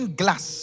glass